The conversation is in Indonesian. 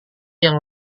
yang